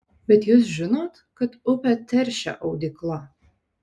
bet jūs žinot kad upę teršia audykla